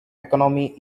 economy